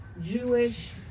Jewish